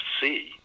see